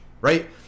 right